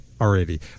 already